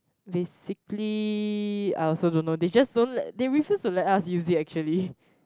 basically I also don't know they just don't let they refuse to let us use it actually